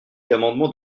d’amendements